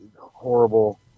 Horrible